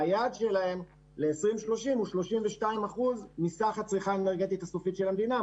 והיעד שלהם ל-2030 הוא 32% מסך הצריכה האנרגטית הסופית של המדינה,